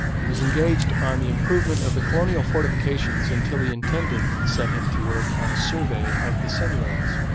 he was engaged on the improvement of the colonial fortifications until the intendant set him to work on a survey of the seigneuries.